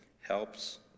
helps